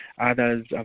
others